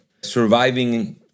surviving